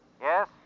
Yes